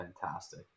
fantastic